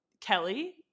Kelly